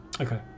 okay